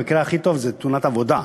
במקרה הכי טוב זה תאונת עבודה,